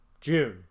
June